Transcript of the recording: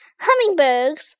Hummingbirds